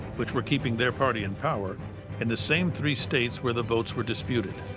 which were keeping their party in power in the same three states where the votes were disputed.